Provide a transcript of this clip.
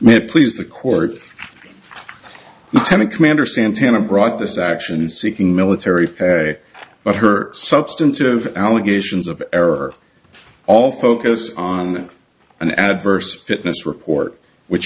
it please the court time a commander santana brought this action seeking military but her substantive allegations of error all focus on an adverse fitness report which